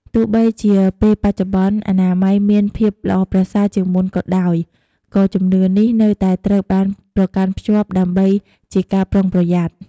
ទោះបីជាពេលបច្ចុប្បន្នអនាម័យមានភាពល្អប្រសើរជាងមុនក៏ដោយ ក៏ជំនឿនេះនៅតែត្រូវបានប្រកាន់ខ្ជាប់ ដើម្បីជាការប្រុងប្រយ័ត្ន។